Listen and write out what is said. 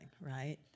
right